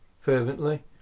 fervently